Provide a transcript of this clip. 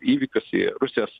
įvykius į rusijos